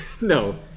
no